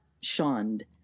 shunned